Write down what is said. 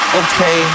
okay